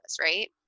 right